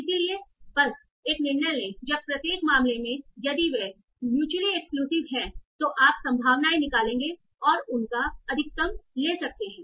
इसलिए बस एक निर्णय लें जब प्रत्येक मामले में यदि वे म्युचुअली एक्सक्लूसिव हैं तो आप संभावनाएं निकालेंगे और उनका अधिकतम ले सकते हैं